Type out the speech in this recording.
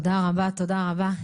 תודה רבה.